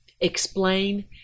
explain